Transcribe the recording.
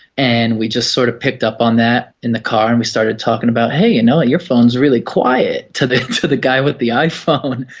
and we just sort of picked up on that in the car and we started talking about, hey, you know, your phone is really quiet, to the to the guy with the iphone.